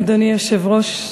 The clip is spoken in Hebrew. אדוני היושב-ראש,